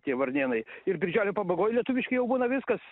tie varnėnai ir birželio pabagoj lietuviški jau būna viskas